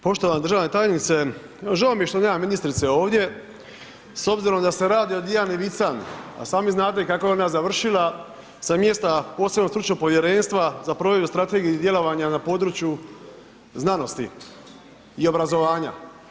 Poštovana državna tajnice, žao mi je što nema ministrice ovdje, s obzirom da se radi o Dijani Vican, a sami znate kako je ona završila sa mjesta posebnog stručnog povjerenstva za provedbu i strategije i djelovanja na području znanosti i obrazovanja.